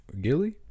Gilly